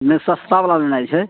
नहि सस्ता बला लेनाइ छै